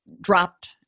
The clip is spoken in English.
dropped